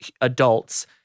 adults